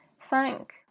thank